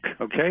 okay